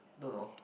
don't know